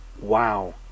wow